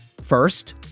First